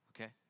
Okay